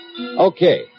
Okay